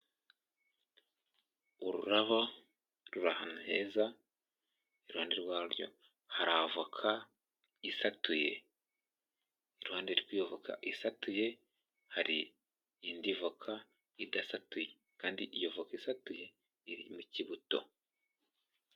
Ururabo ruri ahantu heza iruhande rwarwo hari avoka isatuye iruhande rw'iyoboka isatuye hari indi voka idasatuye kandi iyo voka isatuye irimo ikibuto.